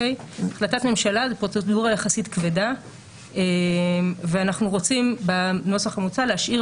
החלטת ממשלה זו פרוצדורה יחסית כבדה ואנחנו רוצים בנוסח המוצע להשאיר